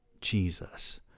Jesus